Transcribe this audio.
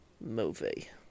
movie